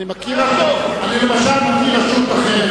אני למשל מכיר רשות אחרת,